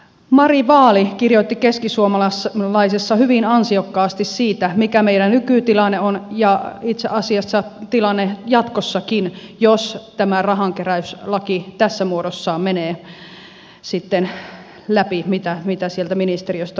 mari vaali kirjoitti keskisuomalaisessa hyvin ansiokkaasti siitä mikä meillä nykytilanne on ja itse asiassa tilanne jatkossakin jos tämä rahankeräyslaki tässä muodossaan menee sitten läpi mitä sieltä ministeriöstä on kuulunut